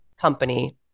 company